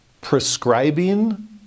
prescribing